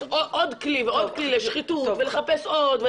עוד כלי ועוד כלי לשחיתות ולחפש עוד,